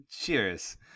cheers